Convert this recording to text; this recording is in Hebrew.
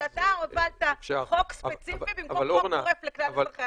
שאתה הובלת חוק ספציפי במקום איכון גורף לכלל אזרחי המדינה.